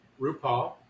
RuPaul